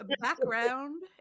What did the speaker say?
background